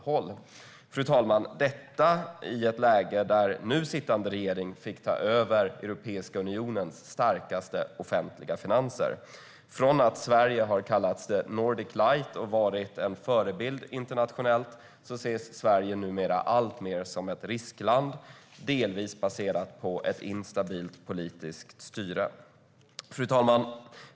Så är det i ett läge där nu sittande regering fick ta över Europeiska unionens starkaste offentliga finanser. Från att Sverige har kallats the Nordic light och varit en förebild internationellt ses Sverige numera alltmer som ett riskland, delvis baserat på ett instabilt politiskt styre. Fru talman!